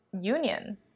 union